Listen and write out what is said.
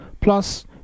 Plus